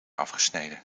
afgesneden